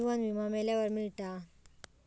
जीवन विमा मेल्यावर मिळता